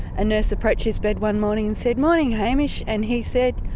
a nurse approached his bed one morning and said, morning, hamish and he said,